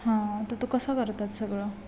हां तर तो कसा करतात सगळं